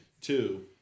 Two